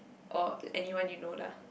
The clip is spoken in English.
or anyone you know lah